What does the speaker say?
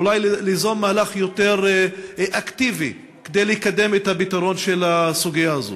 אולי ליזום מהלך יותר אקטיבי כדי לקדם את הפתרון של הסוגיה הזאת.